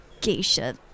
geisha